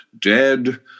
dead